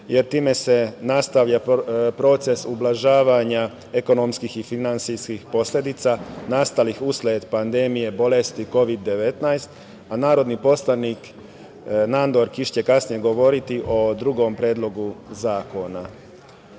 jer time se nastavlja proces ublažavanja ekonomskih i finansijskih posledica nastalih usled pandemije bolesti Kovid-19, a narodni poslanik Nandor Kiš će kasnije govoriti o drugom predlogu